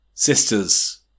Sisters